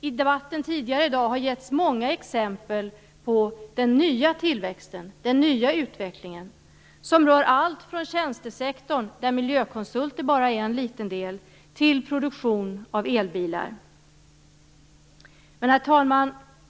I debatten tidigare i dag har det getts många exempel på den nya tillväxten och den nya utvecklingen som rör allt ifrån tjänstesektorn - där miljökonsulter bara är en liten del - till produktion av elbilar. Herr talman!